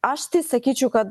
aš sakyčiau kad